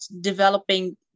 developing